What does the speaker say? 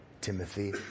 Timothy